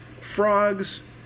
frogs